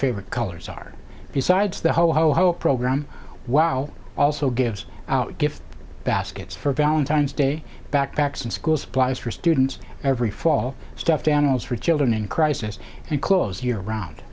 favorite colors are besides the whole hope program while also gives out gift baskets for valentine's day backpacks and school supplies for students every fall stuffed animals for children in crisis and clothes year round